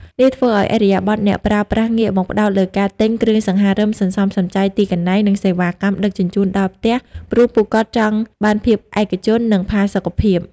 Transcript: នេះធ្វើឱ្យឥរិយាបថអ្នកប្រើប្រាស់ងាកមកផ្ដោតលើការទិញ "គ្រឿងសង្ហារឹមសន្សំសំចៃទីកន្លែង" និងសេវាកម្មដឹកជញ្ជូនដល់ផ្ទះ ព្រោះពួកគាត់ចង់បានភាពឯកជន និងផាសុកភាព។